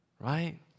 Right